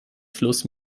fluss